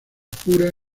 pura